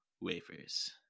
Wafers